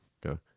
go